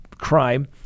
crime